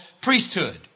priesthood